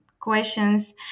questions